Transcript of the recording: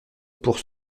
pour